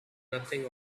nothing